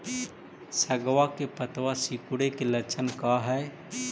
सगवा के पत्तवा सिकुड़े के लक्षण का हाई?